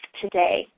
today